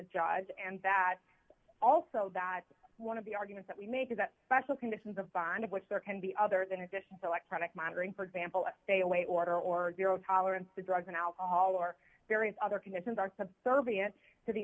judge and that also that one of the argument that we make is that special conditions of bond of which there can be other than additions electronic monitoring for example a stay away order or zero tolerance to drugs and alcohol or various other conditions are subservient to the